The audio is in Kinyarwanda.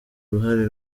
ruhare